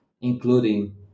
including